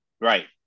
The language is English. Right